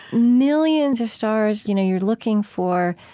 millions of stars. you know, you're looking for,